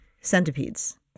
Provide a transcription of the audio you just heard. Centipedes